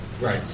Right